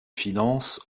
finances